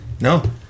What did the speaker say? No